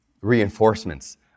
reinforcements